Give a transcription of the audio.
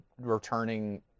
returning